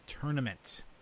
Tournament